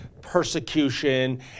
persecution